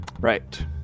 Right